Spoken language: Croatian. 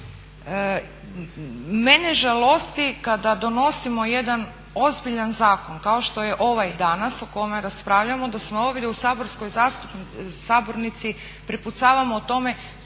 mene žalosti kada donosimo jedan ozbiljan zakon, kao što je ovaj danas o kome raspravljamo da se ovdje u sabornici prepucavamo o tome